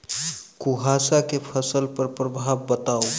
कुहासा केँ फसल पर प्रभाव बताउ?